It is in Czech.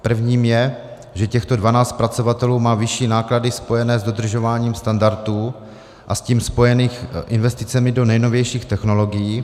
Prvním je, že těchto dvanáct zpracovatelů má vyšší náklady spojené s dodržováním standardů a s tím spojenými investicemi do nejnovějších technologií.